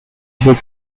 big